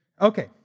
okay